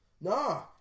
Nah